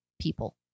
people